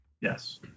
Yes